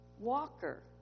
Walker